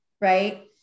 right